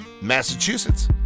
Massachusetts